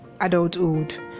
adulthood